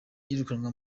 yirukanwa